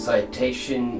citation